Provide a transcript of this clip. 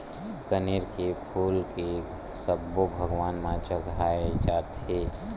कनेर के फूल के सब्बो भगवान म चघाय जाथे